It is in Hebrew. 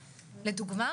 לדוגמא,